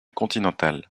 continentale